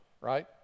right